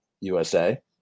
USA